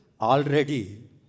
already